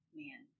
man